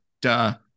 Duh